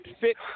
fit